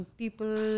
people